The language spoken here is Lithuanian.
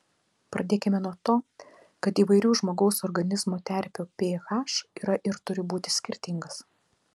pradėkime nuo to kad įvairių žmogaus organizmo terpių ph yra ir turi būti skirtingas